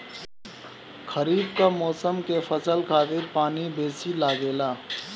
खरीफ कअ मौसम के फसल खातिर पानी बेसी लागेला